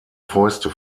fäuste